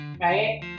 Right